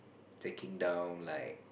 taking down like